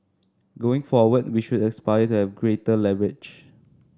going forward we should aspire to have greater leverage